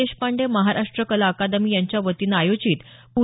देशपांडे महाराष्ट्र कला अकदमी यांच्या वतीनं आयोजित प्